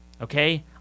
okay